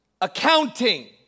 accounting